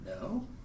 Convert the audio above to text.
No